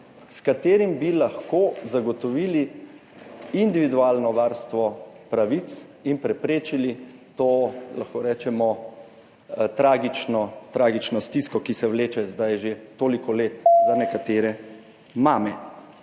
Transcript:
s katerim bi lahko zagotovili individualno varstvo pravic in preprečili to, lahko rečemo, tragično stisko, ki se vleče zdaj že toliko let za nekatere mame.